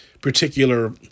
particular